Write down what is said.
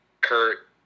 Kurt